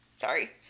sorry